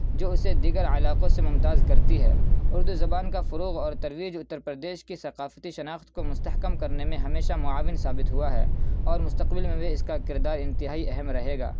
جو اسے دیگر علاقوں سے ممتاز کرتی ہے اردو زبان کا فروغ اور ترویج اتّر پردیش کی ثقافتی شناخت کو مستحکم کرنے میں ہمیشہ معاون ثابت ہوا ہے اور مستقبل میں بھی اس کا کردار انتہائی اہم رہے گا